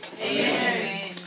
Amen